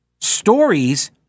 stories